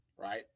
right